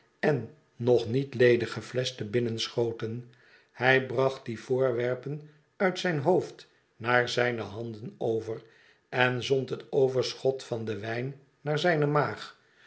en de nog niet ledige flesch te binnen schoten hij bracht die voorwerpen uit zijn hoofd naar zijne handen over en zond het overschot van den wijn naar zijne maag